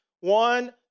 one